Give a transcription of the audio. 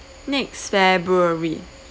next february